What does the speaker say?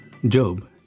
Job